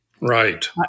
right